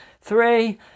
Three